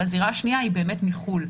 הזירה השנייה היא באמת מחו"ל,